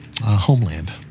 homeland